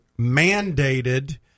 mandated